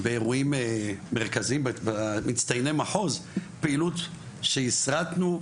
באירועים מרכזיים במצטייני מחוז פעילות שהסרטנו.